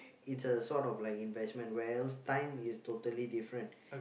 it's a sort of like investment where else time is totally different